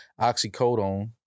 oxycodone